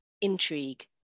intrigue